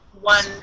one